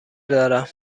دارم